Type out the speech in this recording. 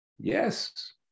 yes